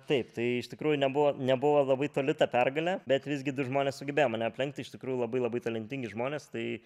taip tai iš tikrųjų nebuvo nebuvo labai toli ta pergalė bet visgi du žmonės sugebėjo mane aplenkti iš tikrųjų labai labai talentingi žmonės tai